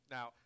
Now